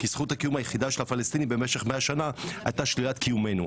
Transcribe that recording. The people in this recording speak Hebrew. כי זכות הקיום היחידה של הפלסטינים במשך 100 שנה הייתה שלילת קיומנו.